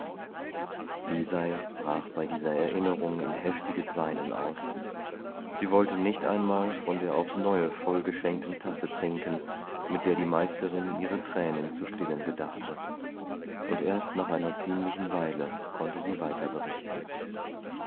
lisei brach bei dieser erinnerung in heftiges weinen aus sie wollte nicht einmal von der aufs neue vollgeschenkten tasse trinken mit der die meisterin ihre tränen zu stillen gedachte und erst nach einer ziemlichen weile konnte sie weiterberichten